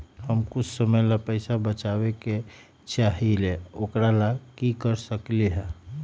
हम कुछ समय ला पैसा बचाबे के चाहईले ओकरा ला की कर सकली ह?